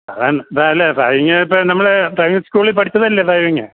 അതാണ് സാർ അല്ല ഡ്രൈവിങ്ങിപ്പം നമ്മൾ ഡ്രൈവിങ്ങ് സ്കൂളിൽ പഠിച്ചതല്ലേ ഡ്രൈവിങ്